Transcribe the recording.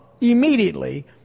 immediately